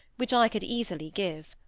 which i could easily give.